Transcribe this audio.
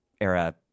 era